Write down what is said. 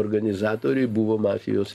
organizatoriai buvo mafijos